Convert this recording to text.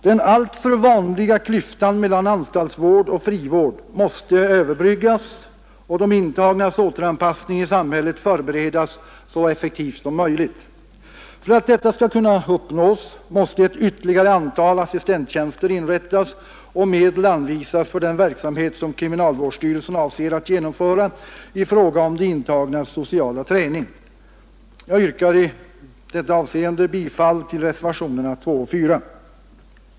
Den alltför vanliga klyftan mellan anstaltsvård och frivård måste överbryggas, och de intagnas återanpassning i samhället måste förberedas så effektivt som möjligt. För att detta skall kunna uppnås måste ytterligare ett antal assistenttjänster inrättas och medel anvisas för den verksamhet som kriminalvårdsstyrelsen avser att genomföra i fråga om de intagnas sociala träning. Jag yrkar i detta avseende bifall till reservationerna 2 och 4.